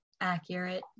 accurate